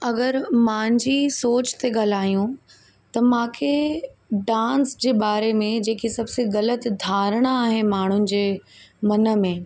अगरि मुंहिंजी सोच ते ॻाल्हायूं त मूंखे डांस जे बारे में जेकी सबसे ग़लति धारणा आहे माण्हूनि जे मन में